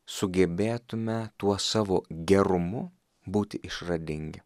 sugebėtume tuo savo gerumu būti išradingi